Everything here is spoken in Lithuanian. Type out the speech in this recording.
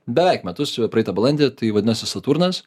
beveik metus praeitą balandį tai vadinasi saturnas